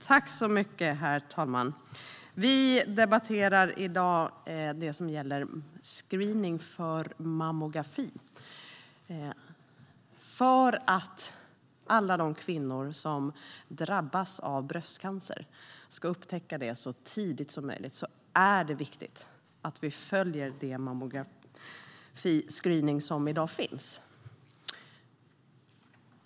Herr talman! Vi ska i dag debattera det som gäller för mammografiscreening. För att alla de kvinnor som drabbas av bröstcancer ska upptäcka den så tidigt som möjligt är det viktigt att vi följer den mammografiscreening som i dag finns.